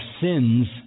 sins